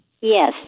Yes